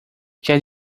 quer